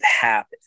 happen